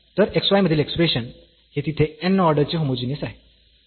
तर xy मधील expression हे तिथे n ऑर्डर चे होमोजीनियस आहे